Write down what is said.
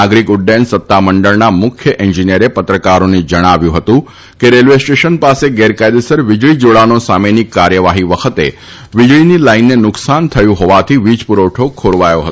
નાગરીક ઉડ્ડથન સત્તામંડળના મુખ્ય એન્જીનીયરે પત્રકારોને જણાવ્યું હતું કે રેલવે સ્ટેશન પાસે ગેરકાયદેસર વીજળી જાડાણો સામેની કાર્યવાહી વખતે વીજળીની લાઈનને નુકસાન થયું હોવાથી વીજપુરવઠો ખોરવાથો હતો